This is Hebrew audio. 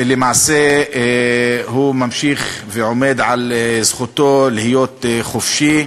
ולמעשה הוא ממשיך ועומד על זכותו להיות חופשי,